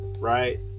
right